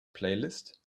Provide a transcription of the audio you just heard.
playlist